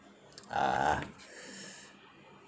ah